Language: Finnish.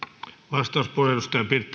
arvoisa